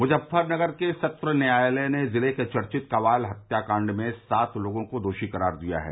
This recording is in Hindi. मुजफ़रनगर के सत्र न्यायालय ने ज़िले के चर्चित कवाल हत्याकांड में सात लोगों को दोषी क़रार दिया है